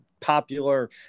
popular